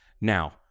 Now